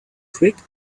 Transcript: quick